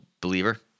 believer